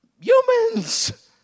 Humans